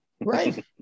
Right